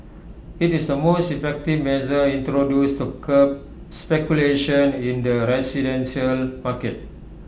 IT is the most effective measure introduced to curb speculation in the residential market